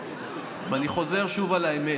ואני חוזר שוב על האמת.